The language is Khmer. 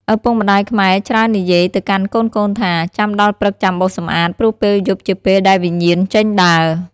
ឪពុកម្ដាយខ្មែរច្រើននិយាយទៅកាន់កូនៗថា៖ «ចាំដល់ព្រឹកចំាបោសសម្អាត ព្រោះពេលយប់ជាពេលដែលវិញ្ញាណចេញដើរ ។